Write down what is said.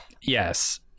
Yes